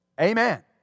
Amen